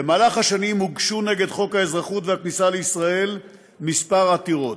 במהלך השנים הוגשו נגד חוק האזרחות והכניסה לישראל כמה עתירות.